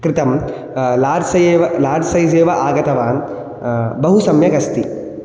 कृतम् large size एव large size एव आगतवान् बहु सम्यगस्ति